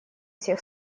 всех